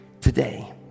today